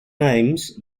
names